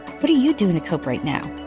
what are you doing to cope right now?